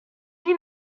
you